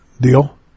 deal